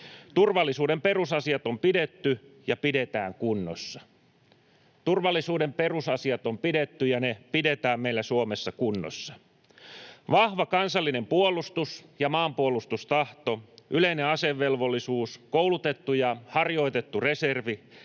Se ei murene, eikä se rapise. Turvallisuuden perusasiat on pidetty ja ne pidetään meillä Suomessa kunnossa. Vahva kansallinen puolustus ja maanpuolustustahto, yleinen asevelvollisuus, koulutettu ja harjoitettu reservi,